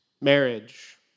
marriage